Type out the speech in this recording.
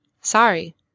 Sorry